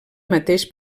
mateix